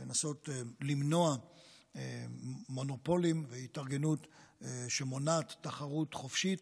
לנסות למנוע מונופולים והתארגנות שמונעת תחרות חופשית,